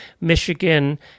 Michigan